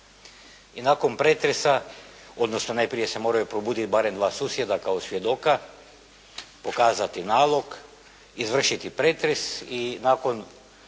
I nakon pretresa, odnosno najprije se moraju probuditi barem dva susjeda kao svjedoka, pokazati nalog, izvršiti pretres i nakon dva,